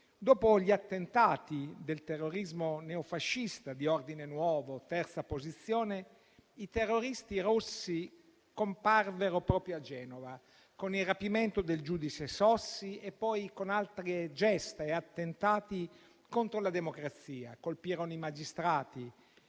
dopo gli attentati del terrorismo neofascista di Ordine nuovo e di Terza posizione, i terroristi rossi comparvero proprio a Genova con il rapimento del giudice Sossi e poi con altre gesta e attentati contro la democrazia. Colpirono magistrati;